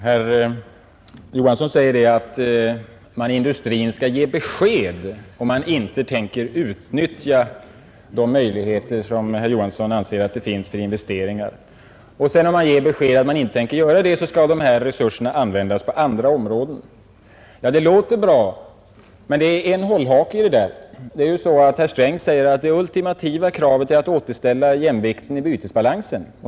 Herr talman! Herr Knut Johansson i Stockholm säger att man inom industrin skall ge besked om man inte tänker utnyttja de investeringsmöjligheter som herr Johansson anser finns. Om man inte tänker utnyttja dessa möjligheter skall resurserna användas på andra områden. Ja, det låter bra, men det finns en hållhake. Herr Sträng säger ju att det ”ultimativa” kravet är att återställa jämvikten i bytesbalansen.